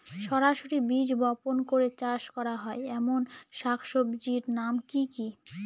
সরাসরি বীজ বপন করে চাষ করা হয় এমন শাকসবজির নাম কি কী?